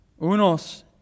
Unos